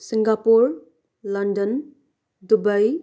Singapore London Dubai